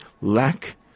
lack